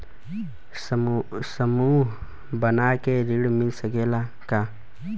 समूह बना के ऋण मिल सकेला का?